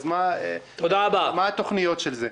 אז מה התוכניות בעניין זה?